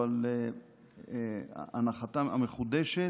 או הנחתה המחודשת,